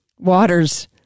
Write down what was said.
waters